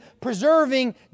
preserving